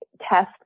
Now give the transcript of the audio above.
test